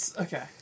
Okay